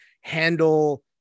handle